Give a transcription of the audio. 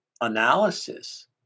analysis